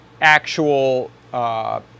actual